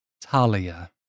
Talia